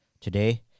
today